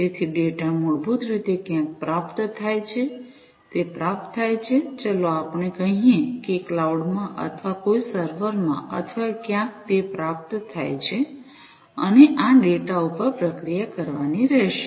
તેથી ડેટા મૂળભૂત રીતે ક્યાંક પ્રાપ્ત થાય છે તે પ્રાપ્ત થાય છે ચાલો આપણે કહીએ કે ક્લાઉડ માં અથવા કોઈ સર્વરમાં અથવા ક્યાંક તે પ્રાપ્ત થાય છે અને આ ડેટા પર પ્રક્રિયા કરવાની રહેશે